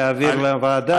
להעביר לוועדה?